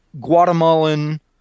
Guatemalan